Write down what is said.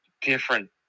different